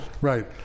right